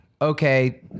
Okay